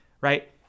right